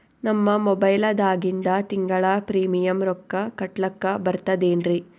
ನಮ್ಮ ಮೊಬೈಲದಾಗಿಂದ ತಿಂಗಳ ಪ್ರೀಮಿಯಂ ರೊಕ್ಕ ಕಟ್ಲಕ್ಕ ಬರ್ತದೇನ್ರಿ?